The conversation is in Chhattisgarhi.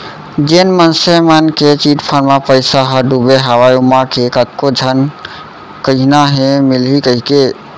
जेन मनसे मन के चिटफंड म पइसा ह डुबे हवय ओमा के कतको झन कहिना हे मिलही कहिके